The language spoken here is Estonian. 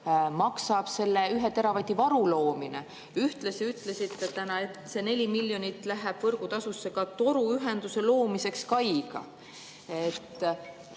maksab 1 teravati varu loomine. Ühtlasi ütlesite täna, et 4 miljonit läheb võrgutasusse toruühenduse loomiseks kaiga.